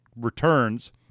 returns